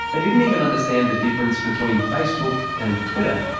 they didn't even understand the difference between facebook and twitter.